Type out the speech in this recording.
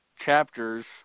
chapters